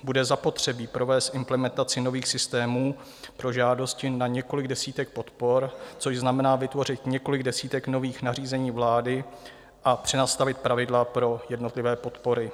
Bude zapotřebí provést implementaci nových systémů pro žádosti na několik desítek podpor, což znamená vytvořit několik desítek nových nařízení vlády a přenastavit pravidla pro jednotlivé podpory.